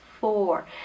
four